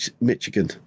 Michigan